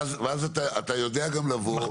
ואז אתה יודע גם לבוא.